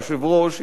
היושב-ראש,